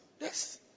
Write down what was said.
Yes